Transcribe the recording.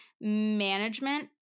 management